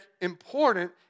important